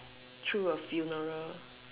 through a funeral